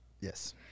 Yes